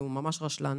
הוא ממש רשלן.